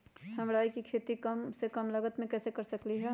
हम राई के खेती कम से कम लागत में कैसे कर सकली ह?